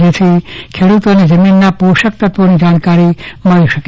જેથી ખેડૂતોને જમીનના પોષક તત્વોની જાણકારી મળી શકે